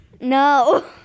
No